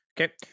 Okay